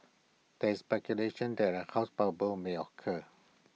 there is speculation that A house bubble may occur